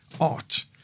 art